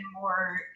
more